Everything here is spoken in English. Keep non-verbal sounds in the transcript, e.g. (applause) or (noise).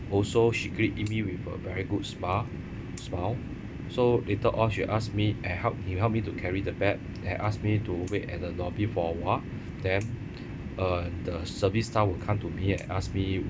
also she greeted me with a very good smile smile so later on she asked me I help you help me to carry the bag and asked me to wait at the lobby for awhile (breath) then (breath) uh the service staff will come to me and ask me